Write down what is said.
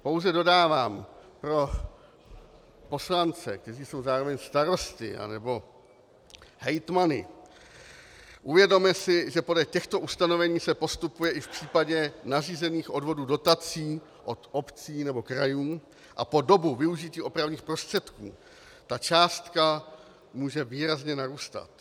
Pouze dodávám pro poslance, kteří jsou zároveň starosty anebo hejtmany uvědomme si, že podle těchto ustanovení se postupuje i v případě nařízených odvodů dotací od obcí nebo krajů a po dobu využití opravných prostředků ta částka může výrazně narůstat.